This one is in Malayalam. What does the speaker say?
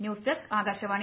news desk Akashvani